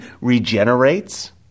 regenerates